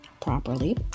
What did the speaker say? properly